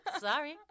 sorry